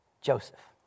Joseph